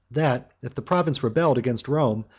that if the province rebelled against rome,